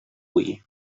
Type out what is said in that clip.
hui